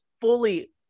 fully